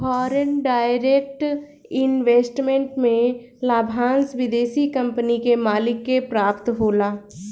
foreign direct investment में लाभांस विदेशी कंपनी के मालिक के प्राप्त होला